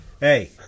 hey